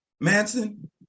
Manson